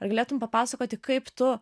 ar galėtum papasakoti kaip tu